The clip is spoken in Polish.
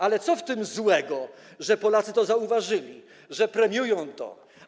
Ale co w tym złego, że Polacy to zauważyli, że premiują to.